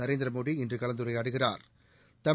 நரேந்திர மோடி இன்று கலந்துரையாடுகிறாா்